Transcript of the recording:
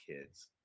kids